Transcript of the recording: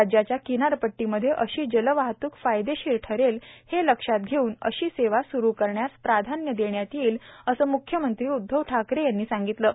राज्याच्या किनारपट्टीमध्ये अशी जलवाहतूक फायदेशीर ठरेल हे लक्षात घेऊन अशी सेवा स्रू करण्यास प्राधान्य देण्यात येईल असे म्ख्यमंत्री उद्धव ठाकरे यांनी सांगितले आहे